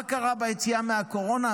מה קרה ביציאה מהקורונה?